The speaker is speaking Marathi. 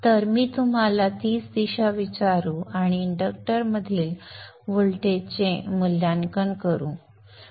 तर मी तुम्हाला तीच दिशा विचारू आणि इंडक्टरमधील व्होल्टेजचे मूल्यांकन करू